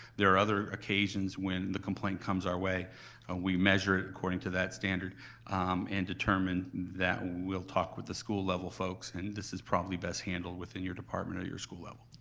there are other occasions when the complaint comes our way and we measure it according to that standard and determine that we'll talk with the school level folks, and this is probably best handled within your department or your school level.